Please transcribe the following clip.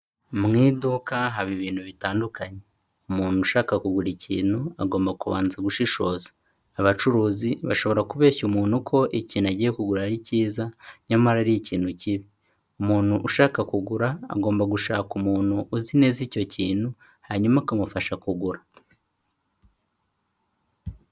Mu iduka haba ibintu bitandukanye. Umuntu ushaka kugura ikintu, agomba kubanza gushishoza. Abacuruzi bashobora kubeshya umuntu ko ikintu agiye kugura ari cyiza, nyamara ari ikintu kibi. Umuntu ushaka kugura, agomba gushaka umuntu uzi neza icyo kintu, hanyuma akamufasha kugura.